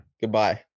goodbye